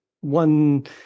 one